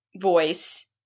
voice